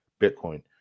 bitcoin